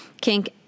kink